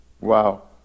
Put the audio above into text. Wow